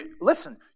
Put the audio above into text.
listen